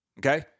Okay